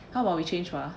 how about we change ah